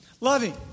Loving